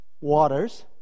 waters